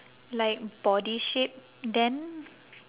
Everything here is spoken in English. like body shape then